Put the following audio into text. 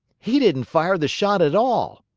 he didn't fire the shot at all.